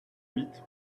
huit